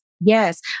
Yes